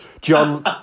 John